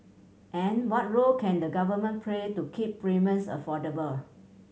and what role can the government play to keep affordable